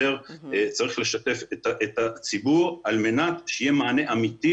צריך לשתף את הציבור על מנת שיהיה מענה אמיתי